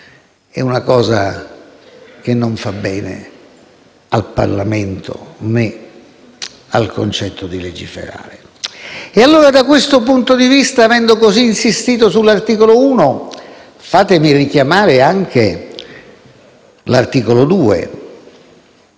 è una cosa che non fa bene al Parlamento né al concetto di legiferare. Da questo punto di vista, allora, avendo così insistito sull'articolo 1, fatemi richiamare anche l'articolo 2